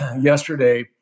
yesterday